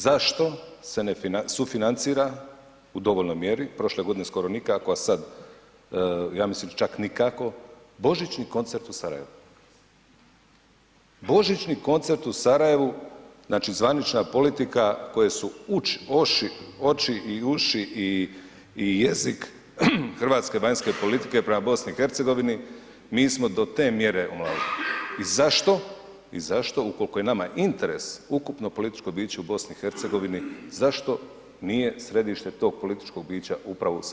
Zašto se ne sufinancira u dovoljnoj mjeri, prošle godine skoro nikako, a sad ja mislim da čak nikako božićni koncert u Sarajevu, božićni koncert u Sarajevu, znači zvanična politika koje su uši, oči i uši i jezik hrvatske vanjske politike prema BiH mi smo do te mjere …/nerazumljivo/… i zašto, i zašto ukoliko je nama interes ukupno političko biće u BiH, zašto nije središte tog političkog bića upravo u Sarajevu?